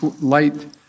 light